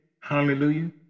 hallelujah